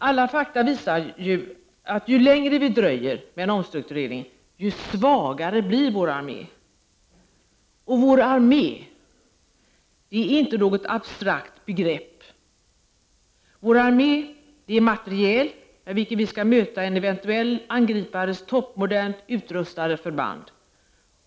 Alla fakta visar att ju längre vi dröjer med en omstrukturering, desto svagare blir vår armé. Och vår armé, det är inte något abstrakt begrepp. Vår armé är materiel med vilken vi skall möta en eventuell angripares toppmodernt utrustade förband.